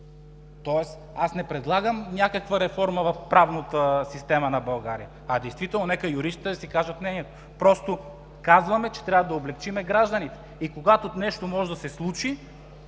Аз не предлагам някаква реформа в правната система на България, а действително – нека юристите да си кажат мнението, казваме, че трябва да облекчим гражданите. И когато нещо може да се случи,